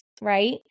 right